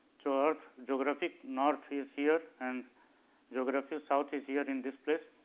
so, earth geographic north is here and geography south is here in this place